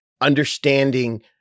understanding